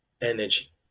energy